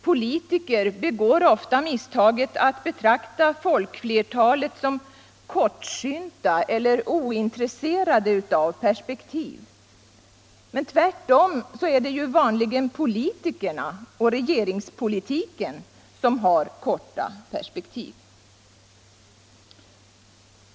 Politiker begår ofta misstaget att betrakta folkflertalet som kortsynta eller ointresserade av perspektiv. Tvärtom är det vanligen politikerna och regeringspolitiken som har korta perspektiv.